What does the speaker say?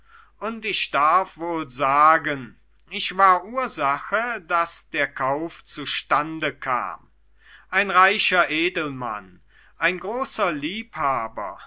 und ich darf wohl sagen ich war ursache daß der kauf zustande kam ein reicher edelmann ein großer liebhaber